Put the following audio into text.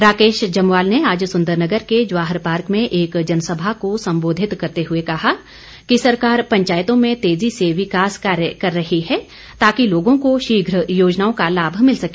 राकेश जमवाल ने आज सुंदरनगर के जवाहर पार्क में एक जनसभा को संबोधित करते हुए कहा कि सरकार पंचायतों में तेजी से विकास कार्य कर रही है ताकि लोगों को शीघ्र योजनाओं का लाभ मिल सके